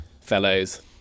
fellows